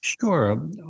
Sure